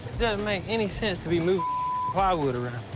doesn't make any sense to be moving plywood around.